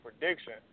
prediction